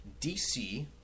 DC